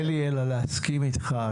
אין לי אלא להסכים איתך.